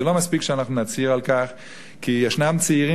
זה לא מספיק שאנחנו נצהיר כי ישנם צעירים